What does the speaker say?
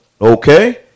Okay